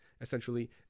essentially